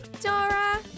Dora